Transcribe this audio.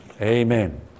Amen